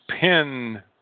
pin